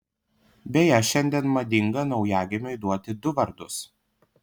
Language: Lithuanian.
beje šiandien madinga naujagimiui duoti du vardus